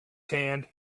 hand